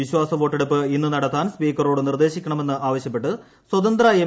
വിശ്വാസ വോട്ടെടുപ്പ് ഇന്ന് നടത്താൻ സ്പീക്കറോട് നിർദ്ദേശിക്കണമെന്ന് ആവശ്യപ്പെട്ട് സ്വതന്ത്ര എം